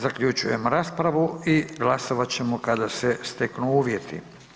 Zaključujem raspravu i glasovat ćemo kada se steknu uvjeti.